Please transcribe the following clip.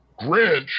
Grinch